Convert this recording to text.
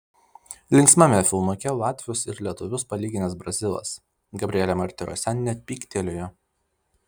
linksmame filmuke latvius ir lietuvius palyginęs brazilas gabrielė martirosian net pyktelėjo